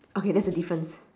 okay that's the difference